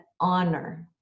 honor